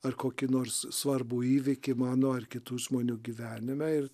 ar kokį nors svarbų įvykį mano ar kitų žmonių gyvenime ir